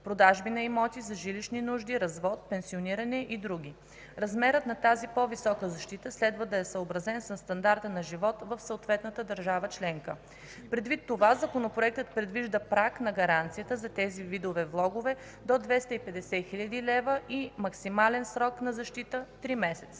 продажби на имоти за жилищни нужди, развод, пенсиониране и други. Размерът на тази по-висока защита следва да е съобразен със стандарта на живот в съответната държава членка. Предвид това Законопроектът предвижда праг на гаранцията за тези видове влогове до 250 000 лв. и максимален срок на защита три месеца.